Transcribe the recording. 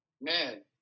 man